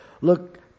Look